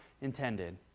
intended